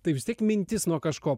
tai vis tiek mintis nuo kažko